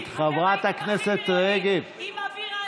אתם הייתם הכי בריונים, עם אביזרי מין.